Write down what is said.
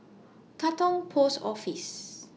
Katong Post Office